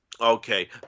okay